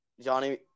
Johnny